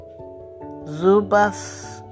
Zubas